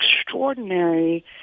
extraordinary